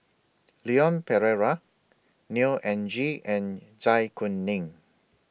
Leon Perera Neo Anngee and Zai Kuning